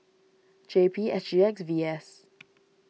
J P S G X V S